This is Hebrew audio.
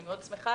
אני מאוד שמחה,